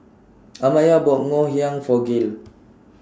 Amaya bought Ngoh Hiang For Gael